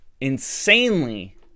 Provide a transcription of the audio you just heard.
insanely